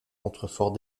contreforts